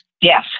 Yes